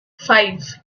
five